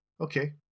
okay